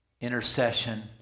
intercession